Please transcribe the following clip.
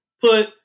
put